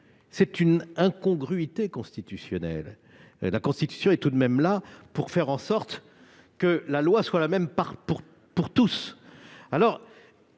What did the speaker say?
serait une incongruité constitutionnelle : la Constitution est tout de même là pour faire en sorte que la loi soit la même pour tous